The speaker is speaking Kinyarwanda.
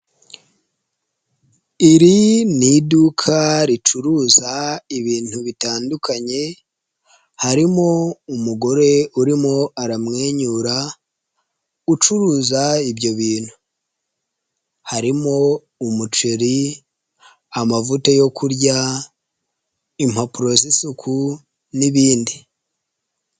Iri ni iduka ricuruza ibintu bitandukanye, harimo umugore urimo aramwenyura, ucuruza ibyo bintu, harimo umuceri, amavuta, yo kurya impapuro z'isuku n'ibindi.